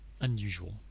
unusual